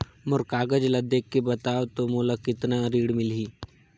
मोर कागज ला देखके बताव तो मोला कतना ऋण मिलही?